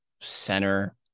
center